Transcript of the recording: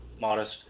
modest